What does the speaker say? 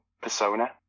persona